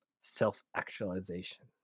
self-actualization